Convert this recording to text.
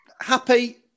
happy